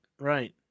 right